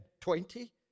Twenty